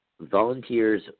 volunteers